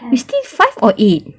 it's still five or eight